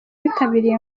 witabiriye